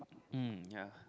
hmm ya